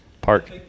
park